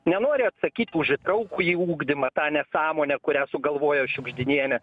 nenori atsakyt už įtraukųjį ugdymą tą nesąmonę kurią sugalvojo šiugždinienė